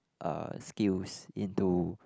uh skills into